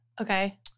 Okay